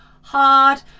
hard